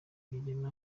rigena